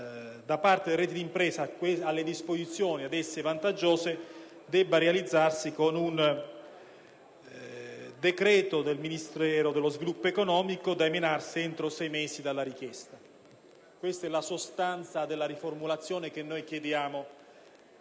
da parte delle reti d'impresa alle disposizioni ad esse vantaggiose dovrebbe realizzarsi con un decreto del Ministero dello sviluppo economico, da emanarsi entro sei mesi dalla richiesta. Questa è la sostanza della riformulazione che chiediamo